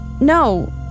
No